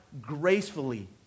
gracefully